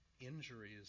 injuries